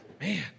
Man